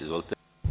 Izvolite.